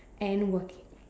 and working